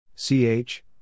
C-H